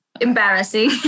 embarrassing